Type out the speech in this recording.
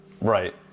Right